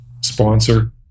sponsor